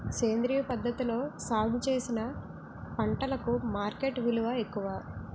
సేంద్రియ పద్ధతిలో సాగు చేసిన పంటలకు మార్కెట్ విలువ ఎక్కువ